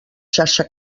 xarxa